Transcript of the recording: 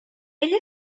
ell